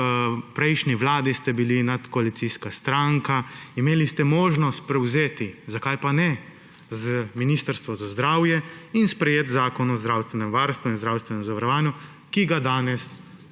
prejšnji vladi ste bili nadkoalicijska stranka. Imeli ste možnost prevzeti, zakaj pa ne, z Ministrstva za zdravje in sprejeti Zakon o zdravstvenem varstvu in zdravstvenem zavarovanju, ki ga danes